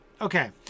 Okay